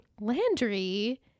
Landry